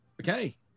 Okay